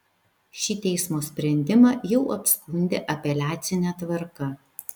šį teismo sprendimą jau apskundė apeliacine tvarka